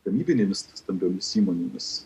gamybinėmis stambiomis įmonėmis